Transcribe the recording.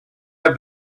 have